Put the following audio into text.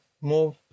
more